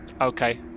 Okay